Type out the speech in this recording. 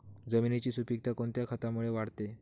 जमिनीची सुपिकता कोणत्या खतामुळे वाढते?